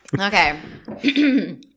Okay